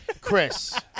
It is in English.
Chris